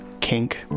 kink